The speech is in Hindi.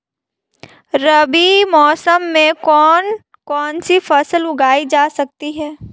रबी मौसम में कौन कौनसी फसल उगाई जा सकती है?